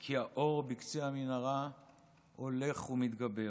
כי האור בקצה המנהרה הולך ומתגבר.